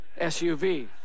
SUV